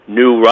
new